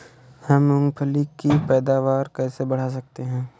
हम मूंगफली की पैदावार कैसे बढ़ा सकते हैं?